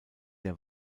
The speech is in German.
der